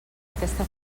aquesta